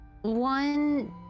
one